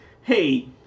hey